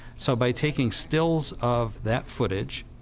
so by taking stills of that footage,